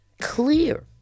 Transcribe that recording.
clear